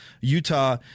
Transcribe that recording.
Utah